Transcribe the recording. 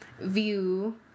view